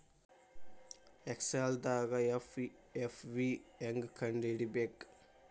ಎಕ್ಸೆಲ್ದಾಗ್ ಎಫ್.ವಿ ಹೆಂಗ್ ಕಂಡ ಹಿಡಿಬೇಕ್